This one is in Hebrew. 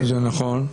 זה נכון.